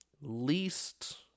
least